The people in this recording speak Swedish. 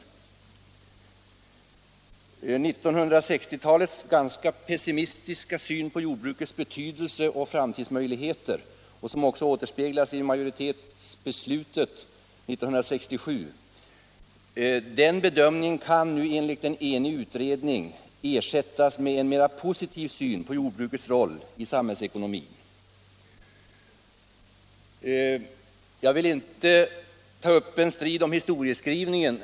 1960-talets ganska pes simistiska syn på jordbrukets betydelse och framtidsmöjligheter, som också återspeglas i majoritetsbeslutet 1967, kan nu enligt en enig utredning ersättas med en mera positiv syn på jordbrukets roll i samhällsekonomin. Jag vill inte här i kammaren ta upp en strid om historieskrivningen.